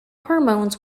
hormones